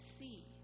see